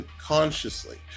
consciously